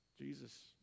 Jesus